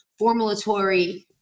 formulatory